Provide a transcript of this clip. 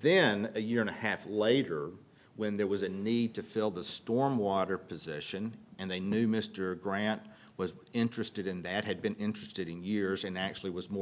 then a year and a half later when there was a need to fill the stormwater position and they knew mr grant was interested in that had been interested in years and actually was more